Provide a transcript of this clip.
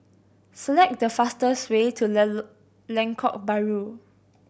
select the fastest way to Lengkok Bahru